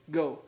go